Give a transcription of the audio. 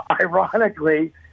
ironically